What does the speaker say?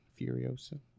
Furiosa